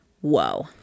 whoa